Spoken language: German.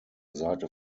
seite